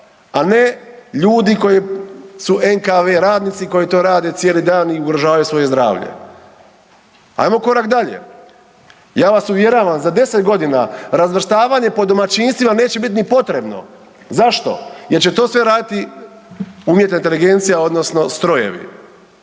a ne ljudi koji su NKV radnici i koji to rade cijeli dan i ugrožavaju svoje zdravlje. Ajmo korak dalje. Ja vas uvjeravam za 10.g. razvrstavanje po domaćinstvima neće bit ni potrebno. Zašto? Jer će to sve raditi umjetna inteligencija odnosno strojevi.